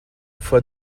for